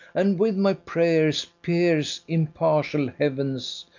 and with my prayers pierce impartial heavens,